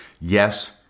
Yes